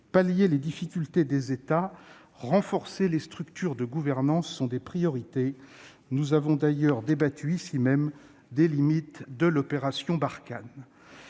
Pallier les difficultés des États et renforcer les structures de gouvernances sont des priorités. Nous avons, ici même, débattu des limites de l'opération Barkhane.